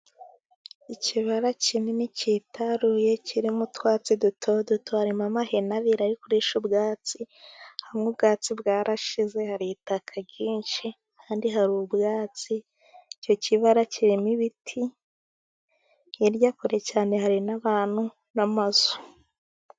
Ikibara kinini kitaruye kirimo utwatsi duto duto, harimo amahene abiri ari kurisha ubwatsi, hamwe ubwatsi bwarashize hari itaka ryinshi ahandi hari ubwatsi, icyo kibara kirimo ibiti hirya kure cyane hari n'abantu n'amazu.